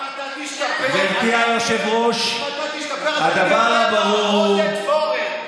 אם אתה תשתפר אתה תהיה רבע עודד פורר.